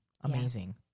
amazing